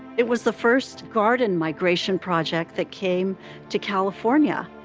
it was the first garden migration project that came to california.